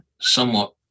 somewhat